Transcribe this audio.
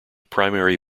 primary